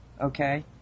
Okay